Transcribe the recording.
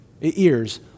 ears